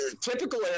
typical